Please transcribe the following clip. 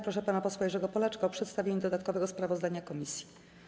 Proszę pana posła Jerzego Polaczka o przedstawienie dodatkowego sprawozdania komisji.